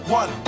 one